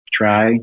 try